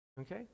okay